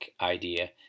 idea